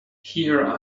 here